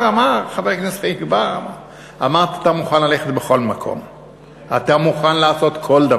חבר הכנסת חיליק בר אמר שאמרת שאתה מוכן ללכת בכל מקום,